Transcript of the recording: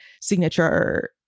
signature